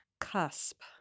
cusp